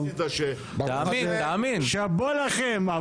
שאפו לכם.